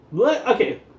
okay